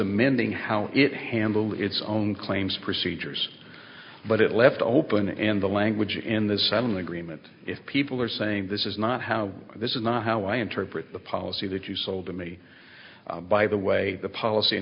amending how it handled its own claims procedures but it left open and the language in this settlement agreement if people are saying this is not how this is not how i interpret the policy that you sold to me by the way the policy in